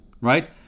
Right